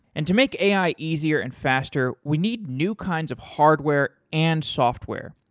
and to make ai easier and faster, we need new kinds of hardware and software,